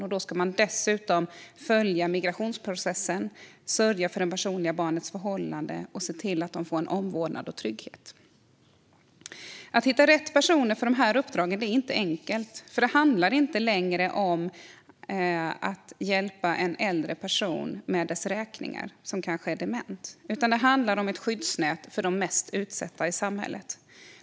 Då ska den gode mannen dessutom följa migrationsprocessen, sörja för barnets personliga förhållanden och se till att barnet får omvårdnad och trygghet. Att hitta rätt personer för dessa uppdrag är inte enkelt. Det handlar inte längre om att hjälpa en äldre person som kanske är dement med att betala räkningar, utan det handlar om att vara ett skyddsnät för de mest utsatta i samhället.